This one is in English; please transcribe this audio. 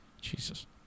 jesus